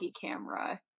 camera